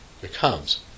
becomes